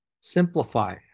Simplify